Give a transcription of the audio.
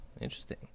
interesting